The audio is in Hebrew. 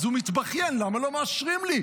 אז הוא מתבכיין, למה לא מאשרים לי.